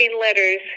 letters